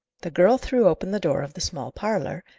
the girl threw open the door of the small parlour,